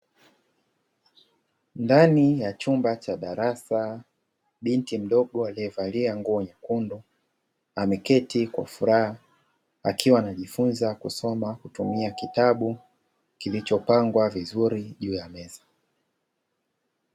Ndani ya chumba cha darasa, binti mdogo aliyevalia nguo nyekundu ameketi kwa furaha akiwa anajifunza kusoma kutumia kitabu kilichopangwa vizuri juu ya meza.